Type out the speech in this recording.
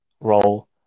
role